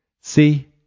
See